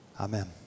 Amen